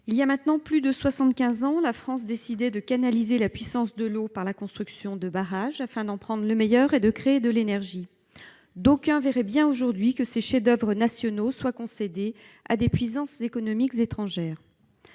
Il y a maintenant plus de soixante-quinze ans, la France décidait de canaliser la puissance de l'eau par la construction de barrages, afin d'en prendre le meilleur et de créer de l'énergie. Aujourd'hui, d'aucuns verraient bien ces chefs-d'oeuvre nationaux concédés à des puissances économiques étrangères.